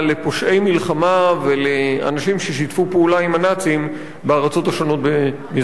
מלחמה ולאנשים ששיתפו פעולה עם הנאצים בארצות השונות במזרח-אירופה.